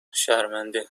شرمنده